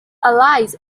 allies